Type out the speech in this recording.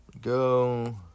Go